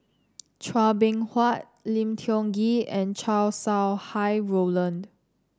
Chua Beng Huat Lim Tiong Ghee and Chow Sau Hai Roland